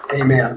Amen